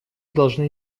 должны